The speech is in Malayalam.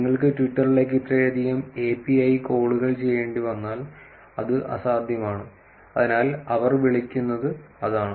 നിങ്ങൾക്ക് ട്വിറ്ററിലേക്ക് ഇത്രയധികം API കോളുകൾ ചെയ്യേണ്ടിവന്നാൽ അത് അസാധ്യമാണ് അതിനാൽ അവർ വിളിക്കുന്നത് അതാണ്